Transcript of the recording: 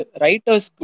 writers